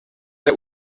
der